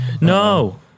No